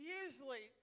usually